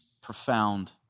profound